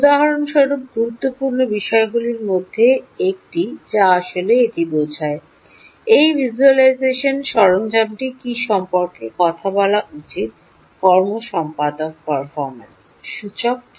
উদাহরণস্বরূপ গুরুত্বপূর্ণ বিষয়গুলির মধ্যে একটি যা আসলে এটি বোঝায় এই ভিজ্যুয়ালাইজেশন সরঞ্জামটি কী সম্পর্কে কথা বলা উচিত কর্মসম্পাদক পারফরম্যান্স সূচক কী